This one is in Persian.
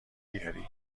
بیاری